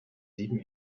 sieben